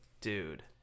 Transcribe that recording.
dude